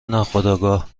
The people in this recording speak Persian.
ناخودآگاه